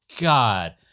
god